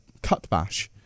Cutbash